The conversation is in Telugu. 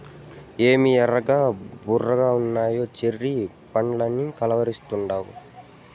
ఏమి ఎర్రగా బుర్రగున్నయ్యి చెర్రీ పండ్లని కలవరిస్తాండావు